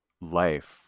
life